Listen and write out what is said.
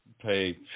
pay